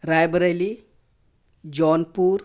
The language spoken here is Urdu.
رائے بریلی جونپور